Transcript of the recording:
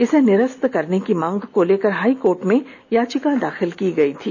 इसे निरस्त करने की मांग को लेकर हाई कोर्ट में याचिका दाखिल की थी